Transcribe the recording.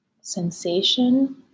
sensation